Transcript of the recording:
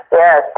yes